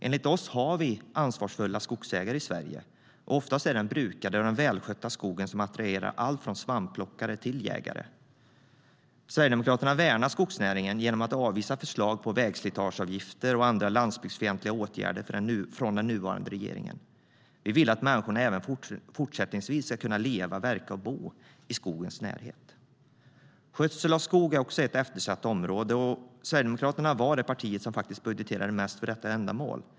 Enligt oss har vi ansvarsfulla skogsägare i Sverige, och ofta är det just den brukade och välskötta skogen som attraherar allt från svampplockare till jägare. Skötsel av skog är ett eftersatt område, och Sverigedemokraterna var det parti som budgeterade mest för detta ändamål.